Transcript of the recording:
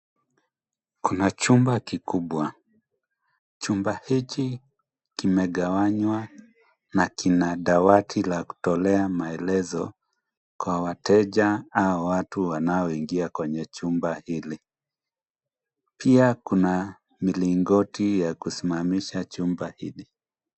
Kuna chumba kikubwa. Chumba hiki kime gawanywa na kina dawati la kutolea maelezo. Kwa wateja au watu wanaoingia kwenye chumba hili. Pia kuna milingoti ya kusimamisha chumba hili.